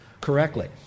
Correctly